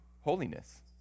holiness